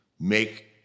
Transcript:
make